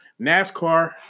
NASCAR